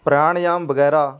ਪ੍ਰਾਣਯਾਮ ਵਗੈਰਾ